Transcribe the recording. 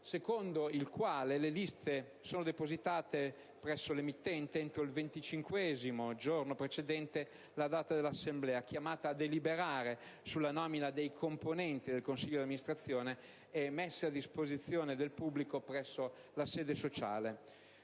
secondo il quale le liste sono depositate presso l'emittente entro il venticinquesimo giorno precedente la data dell'assemblea chiamata a deliberare sulla nomina dei componenti del consiglio di amministrazione e messe a disposizione del pubblico presso la sede sociale,